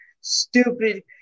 stupid